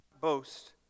boast